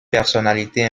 personnalité